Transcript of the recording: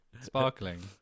Sparkling